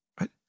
right